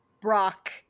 Brock